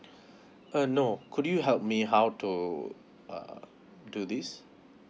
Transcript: uh no could you help me to err do this